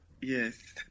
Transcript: Yes